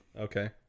Okay